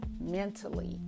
mentally